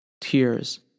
Tears